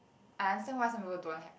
I understand why some people don't want have